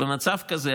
ובמצב כזה,